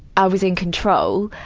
i was in control.